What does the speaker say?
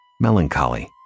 Melancholy